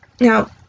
Now